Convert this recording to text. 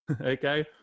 Okay